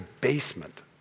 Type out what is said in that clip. basement